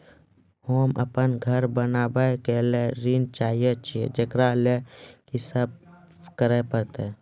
होम अपन घर बनाबै के लेल ऋण चाहे छिये, जेकरा लेल कि सब करें परतै?